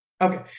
Okay